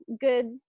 good